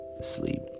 sleep